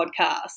podcast